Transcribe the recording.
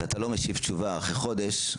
ואתה לא משיב תשובה אחרי חודש,